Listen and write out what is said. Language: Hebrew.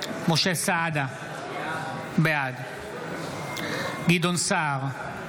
משה סעדה, בעד גדעון סער,